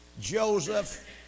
Joseph